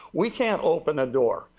we can't open the door.